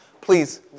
Please